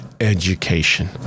education